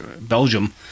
Belgium